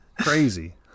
crazy